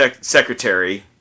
Secretary